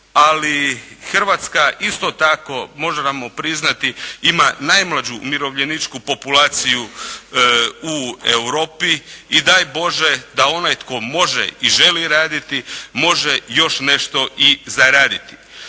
Ali, Hrvatska isto tako moramo priznati ima najmlađu umirovljeničku populaciju u Europi i daj Bože da onaj tko može i želi raditi može još nešto i zaraditi.